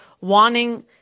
wanting